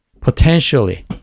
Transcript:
potentially